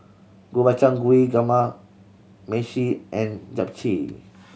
Gobchang Gui Kamameshi and Japchae